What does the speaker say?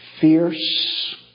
fierce